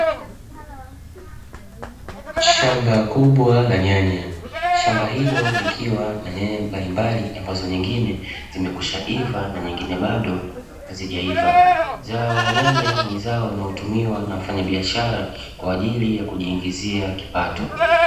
Shamba kubwa la nyanya, shamba hilo likiwa na nyanya ambazo nyingine zimeiva na nyingine bado hazijaiva, zao la nyanya ni zao linalotumiwa na wafanyabiashara kwa ajili ya kujiingizia kipato.